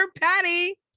Patty